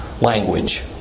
language